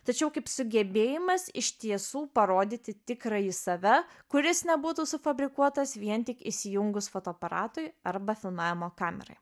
tačiau kaip sugebėjimas iš tiesų parodyti tikrąjį save kuris nebūtų sufabrikuotas vien tik įsijungus fotoaparatui arba filmavimo kamerai